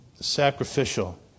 sacrificial